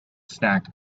snack